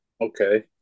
Okay